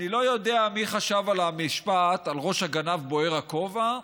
אני לא יודע מי חשב על המשפט "על ראש הגנב בוער הכובע",